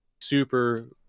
super